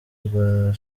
rwa